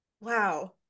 wow